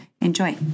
Enjoy